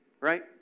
right